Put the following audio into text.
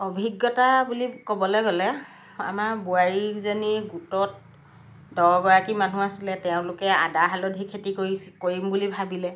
অভিজ্ঞতা বুলি ক'বলৈ গ'লে আমাৰ বোৱাৰীজনী গোটত দহগৰাকী মানুহ আছিলে তেওঁলোকে আদা হালধি খেতি কৰিছি কৰিম বুলি ভাবিলে